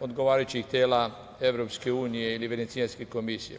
odgovarajućih tela Evropske unije ili Venecijanske komisije.